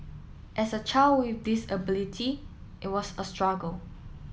as a child with disability it was a struggle